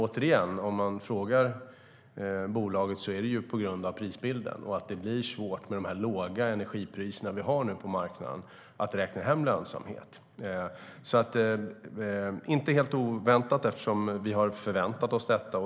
Återigen: Om man frågar bolaget sker det på grund av prisbilden. Det blir svårt att med de låga energipriserna på marknaden räkna hem lönsamhet. Det var inte helt oväntat. Vi hade förväntat oss det.